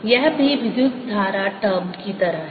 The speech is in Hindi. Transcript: यह भी विद्युत धारा टर्म की तरह है